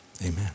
amen